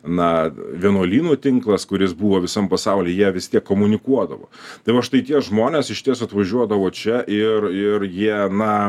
na vienuolynų tinklas kuris buvo visam pasauly jie vis tiek komunikuodavo tai va štai tie žmonės išties atvažiuodavo čia ir ir jie na